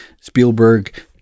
Spielberg